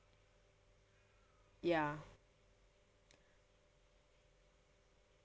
ya